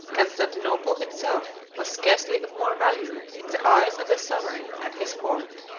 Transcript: constantinople itself was scarcely of more value in the eyes of the sovereign and his court.